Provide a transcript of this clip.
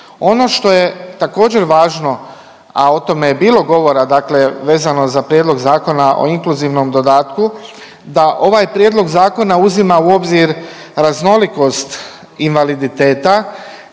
Ono što je također važno, a o tome je bilo govora, dakle vezano za prijedlog Zakona o inkluzivnom dodatku, da ovaj prijedlog zakona uzima u obzir raznolikost invaliditeta